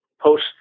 post